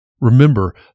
Remember